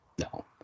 No